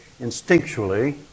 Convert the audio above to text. instinctually